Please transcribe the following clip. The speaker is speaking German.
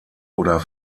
oder